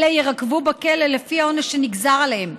אלה יירקבו בכלא לפי העונש שנגזר עליהם.